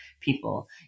people